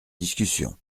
discussion